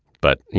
but, you